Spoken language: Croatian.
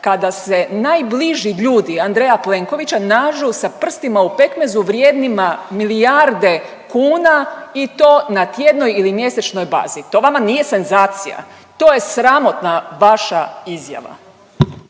kada se najbliži ljudi Andreja Plenkovića nađu sa prstima u pekmezu vrijednima milijarde kuna i to na tjednoj ili mjesečnoj bazi. To vama nije senzacija? To je sramotna vaša izjava.